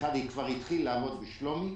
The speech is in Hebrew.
אחד כבר התחיל לעבוד בשלומי.